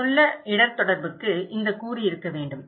பயனுள்ள இடர் தொடர்புக்கு இந்த கூறு இருக்க வேண்டும்